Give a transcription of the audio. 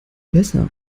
besser